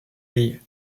lié